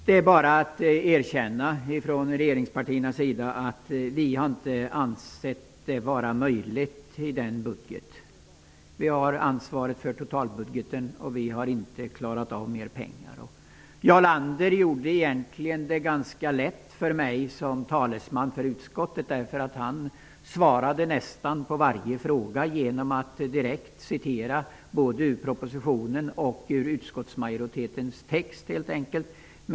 Från regeringspartiernas sida har vi bara att erkänna att vi inte har ansett detta möjligt med den budget vi har. Vi har ansvaret för totalbudgeten, och vi har inte klarat av att ta fram mer pengar. Jarl Lander gjorde det egentligen ganska lätt för mig som talesman för utskottet, eftersom han svarade nästan på varje fråga han ställde genom att direkt citera både ur propositionen och ur utskottsmajoritetens text.